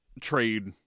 trade